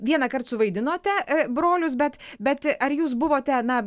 vienąkart suvaidinote brolius bet bet ar jūs buvote na